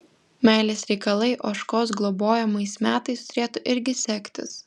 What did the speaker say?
meilės reikalai ožkos globojamais metais turėtų irgi sektis